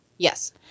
Yes